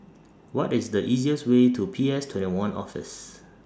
What IS The easiest Way to P S twenty one Office